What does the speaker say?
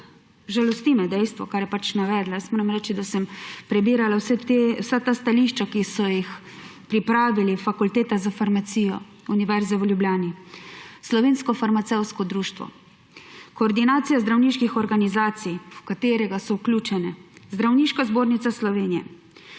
Žalosti me dejstvo, kar je pač navedla. Jaz moram reči, da sem prebirala vsa ta stališča, ki so jih pripravili Fakulteta za farmacijo Univerze v Ljubljani, Slovensko farmacevtsko društvo, Koordinacija zdravniških organizacij, v katerega so vključene Zdravniška zbornica Slovenije,